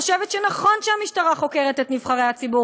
חושבת שנכון שהמשטרה חוקרת את נבחרי הציבור